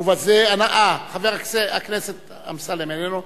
חבר הכנסת אמסלם איננו.